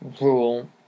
rule